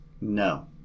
No